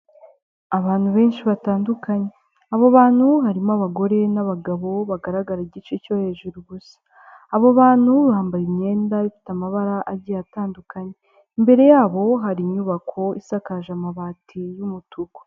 Abantu benshi batandukanye, abo bantu harimo abagore n'abagabo bo bagaragara igice cyo hejuru gusa, abo bantu bambaye imyenda ifite amabara agiye atandukanye imbere, yabo hari inyubako isakaje amabati y'umutuku.